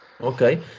Okay